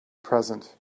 present